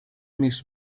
miss